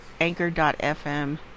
anchor.fm